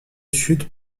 sud